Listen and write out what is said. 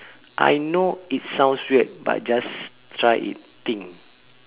I know it sounds weird but just try it thing